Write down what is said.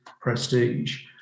prestige